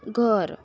घर